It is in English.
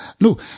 no